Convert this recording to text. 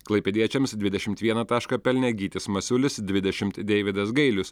klaipėdiečiams dvidešimt vieną tašką pelnė gytis masiulis dvidešimt deividas gailius